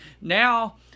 now